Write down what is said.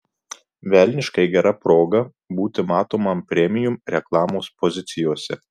velniškai gera proga būti matomam premium reklamos pozicijose